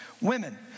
women